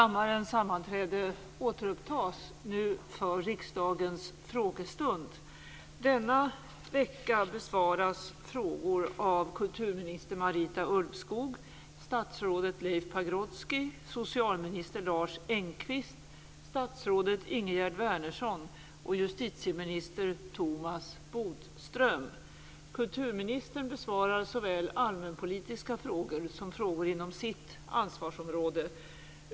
Marita Ulvskog, statsrådet Leif Pagrotsky, socialminister Lars Engqvist, statsrådet Ingegerd Wärnersson och justitieminister Thomas Bodström. Kulturministern besvarar såväl allmänpolitiska frågor som frågor inom sitt ansvarsområde.